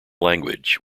language